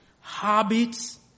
habits